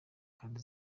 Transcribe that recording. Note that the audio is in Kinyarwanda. kandi